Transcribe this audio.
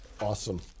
Awesome